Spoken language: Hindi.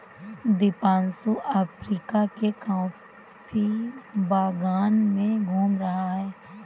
दीपांशु अफ्रीका के कॉफी बागान में घूम रहा है